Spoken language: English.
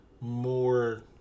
...more